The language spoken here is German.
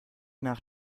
nach